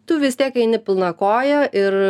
tu vis tiek eini pilna koja ir